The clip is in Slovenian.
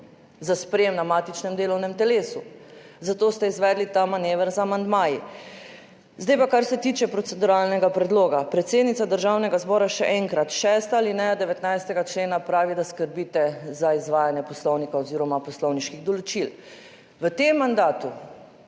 za sprejem na matičnem delovnem telesu, zato ste izvedli ta manever z amandmaji. Zdaj pa, kar se tiče proceduralnega predloga. Predsednica Državnega zbora, še enkrat. 6. alineja 19. člena pravi, da skrbite za izvajanje poslovnika oziroma poslovniških določil. V tem mandatu